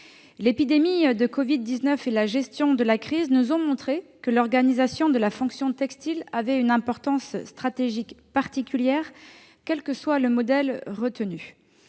L'épidémie de Covid-19 et la gestion de la crise nous ont montré que l'organisation de la fonction textile avait une importance stratégique particulière, quel que soit le modèle retenu.